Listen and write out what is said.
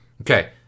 Okay